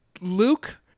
Luke